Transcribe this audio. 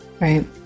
Right